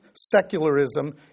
secularism